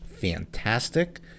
Fantastic